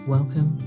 Welcome